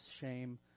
shame